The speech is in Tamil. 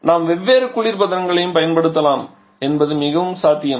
ஆனால் நாம் வெவ்வேறு குளிர்பதனங்களையும் பயன்படுத்தலாம் என்பது மிகவும் சாத்தியம்